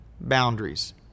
boundaries